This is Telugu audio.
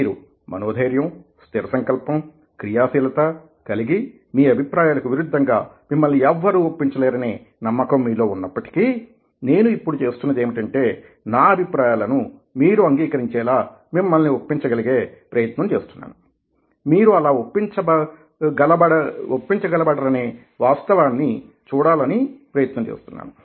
మీరు మనోధైర్యం స్థిరసంకల్పం క్రియాశీలత కలిగి మీ అభిప్రాయలకు విరుద్ధంగా మిమ్మల్ని ఎవరూ ఒప్పించలేరనే నమ్మకం మీలో వున్నప్పటికీ నేను ఇప్పుడు చేస్తున్నదేమిటంటే నా అభిప్రాయాలను మీరు అంగీకరించేలా మిమ్మల్ని ఒప్పించ గలిగే ప్రయత్నం చేస్తున్నానుమీరు అలా ఒప్పించగలగబడరనే వాస్తవాన్ని చూడాలనే ప్రయత్నం చేస్తున్నాను